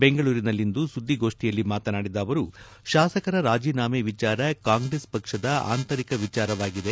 ಬೆಂಗಳೂರಿನಲ್ಲಿಂದು ಸುದ್ದಿಗೋಷ್ಣಿಯಲ್ಲಿ ಮಾತನಾಡಿದ ಅವರು ಶಾಸಕರ ರಾಜೀನಾಮೆ ವಿಚಾರ ಕಾಂಗ್ರೆಸ್ ಪಕ್ಷದ ಆಂತರಿಕ ವಿಚಾರವಾಗಿದೆ